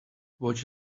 watch